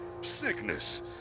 sickness